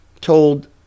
told